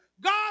God